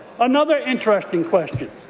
another interesting question.